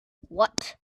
what